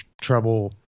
trouble